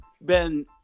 Ben